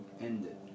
ended